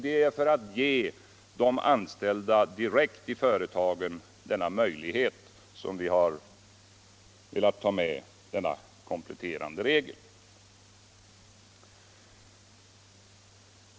Det är för att direkt ge de anställda i företaget denna möjlighet som vi har velat ta med denna kompletterande regel.